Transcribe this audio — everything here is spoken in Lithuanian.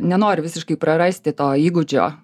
nenoriu visiškai prarasti to įgūdžio